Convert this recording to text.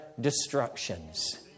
destructions